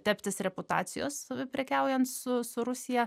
teptis reputacijos prekiaujant su su rusija